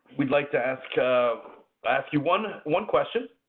we'd like to ask ask you one one question.